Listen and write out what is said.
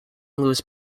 louis